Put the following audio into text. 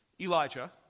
Elijah